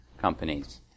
companies